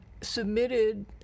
submitted